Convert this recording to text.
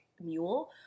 mule